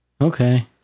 Okay